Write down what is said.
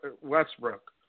Westbrook